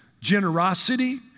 generosity